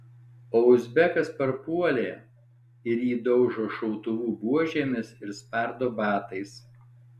o uzbekas parpuolė ir jį daužo šautuvų buožėmis ir spardo batais